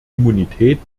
immunität